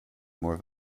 more